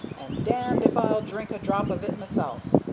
and damned if i'll drink a drop of it mysel'.